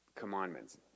commandments